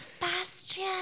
Bastion